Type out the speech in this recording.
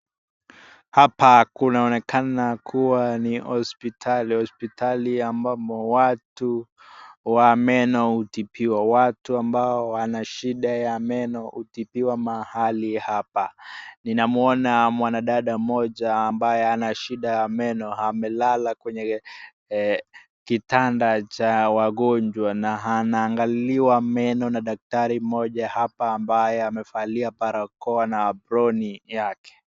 Hapa kunaonekana kuwa ni hospitali. Hospitali ambapo watu wa meno hutibiwa. Watu ambao wana shida ya meno hutibiwa mahali hapa. Ninamwona mwanadada mmoja ambaye ana shida ya meno amelala kwenye kitanda cha wagonjwa na anaangaliwa meno na daktari mmoja hapa ambaye amevalia barakoa na aproni yake.